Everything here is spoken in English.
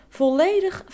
volledig